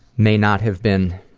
may not have been